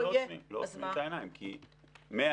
לא, לא עוצמים את העיניים.